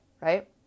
right